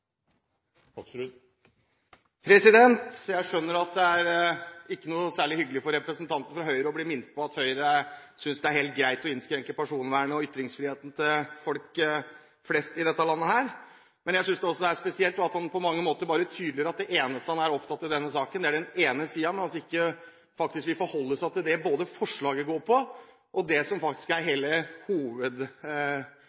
Jeg skjønner at det ikke er noe særlig hyggelig for representanten fra Høyre å bli minnet på at Høyre synes det er helt greit å innskrenke personvernet og ytringsfriheten til folk flest i dette landet. Men jeg synes det er spesielt at han på mange måter tydeliggjør at det eneste han er opptatt av i denne saken, er den ene siden – og faktisk ikke vil forholde seg til det forslaget går på, og det som forslagsstillerne er